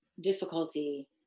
difficulty